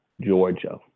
Georgia